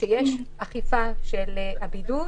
שיש אכיפה של הבידוד.